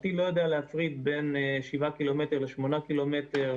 הטיל לא יודע להפריד בין שבעה ק"מ לשמונה ק"מ.